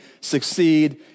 succeed